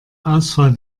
ausfall